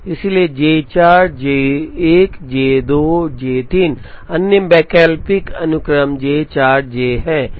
इसलिए J 4 J 1 J 2 और J 3 अन्य वैकल्पिक अनुक्रम जे 4 जे है